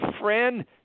friend